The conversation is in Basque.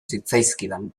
zitzaizkidan